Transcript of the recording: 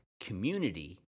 community